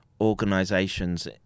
organizations